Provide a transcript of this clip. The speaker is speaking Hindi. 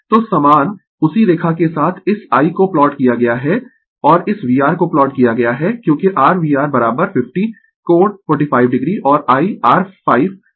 तो समान उसी रेखा के साथ इस I को प्लॉट किया गया है और इस VR को प्लॉट किया गया है क्योंकि r VR 50 कोण 45 o और I r 5 कोण 45 o है